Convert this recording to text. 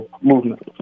movement